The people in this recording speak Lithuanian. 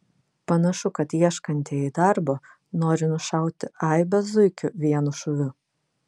panašu kad ieškantieji darbo nori nušauti aibę zuikių vienu šūviu